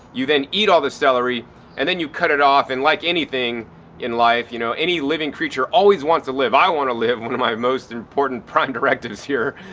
you then eat all the celery and then you cut it off and like anything in life, you know any living creature always wants to live, i want to live! one of my most important prime directives here.